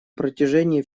протяжении